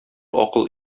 акыл